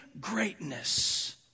greatness